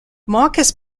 marcus